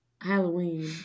Halloween